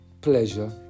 pleasure